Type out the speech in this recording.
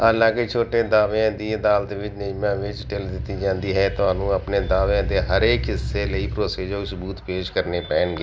ਹਾਲਾਂਕਿ ਛੋਟੇ ਦਾਅਵਿਆਂ ਦੀ ਅਦਾਲਤ ਵਿੱਚ ਨਿਯਮਾਂ ਵਿੱਚ ਢਿੱਲ ਦਿੱਤੀ ਜਾਂਦੀ ਹੈ ਤੁਹਾਨੂੰ ਆਪਣੇ ਦਾਅਵਿਆਂ ਦੇ ਹਰੇਕ ਹਿੱਸੇ ਲਈ ਭਰੋਸੇਯੋਗ ਸਬੂਤ ਪੇਸ਼ ਕਰਨੇ ਪੈਣਗੇ